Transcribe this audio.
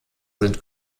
sind